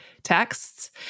texts